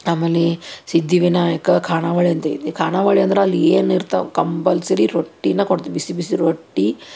ಆಮೇಲೆ ಸಿದ್ಧಿವಿನಾಯಕ ಖಾನಾವಳಿ ಅಂತೈತಿ ಖಾನಾವಳಿ ಅಂದ್ರೆ ಅಲ್ಲಿ ಏನು ಇರ್ತಾವೆ ಕಂಬಲ್ಸರಿ ರೊಟ್ಟಿನ ಕೊಡ್ತ ಬಿಸಿ ಬಿಸಿ ರೊಟ್ಟಿ